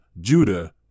Judah